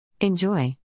Enjoy